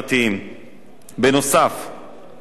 נוסף על כך סברה הוועדה